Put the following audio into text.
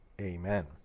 Amen